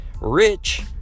Rich